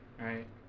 right